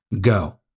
go